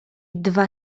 dwa